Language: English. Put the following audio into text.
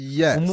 yes